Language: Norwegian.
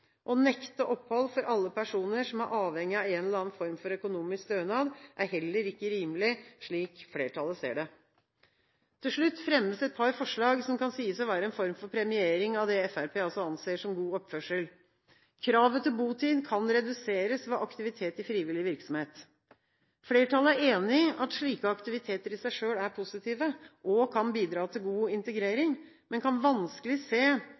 Å nekte opphold for alle personer som er avhengig av en eller annen form for økonomisk stønad, er heller ikke rimelig, slik flertallet ser det. Til slutt fremmes et par forslag som kan sies å være en form for premiering av det Fremskrittspartiet anser som god oppførsel. Kravet til botid kan reduseres ved aktivitet i frivillig virksomhet. Flertallet er enig i at slike aktiviteter i seg selv er positive og kan bidra til god integrering, men kan vanskelig se